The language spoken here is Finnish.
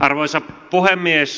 arvoisa puhemies